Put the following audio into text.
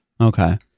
Okay